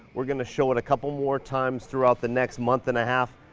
we're gonna show it a couple more times throughout the next month and a half.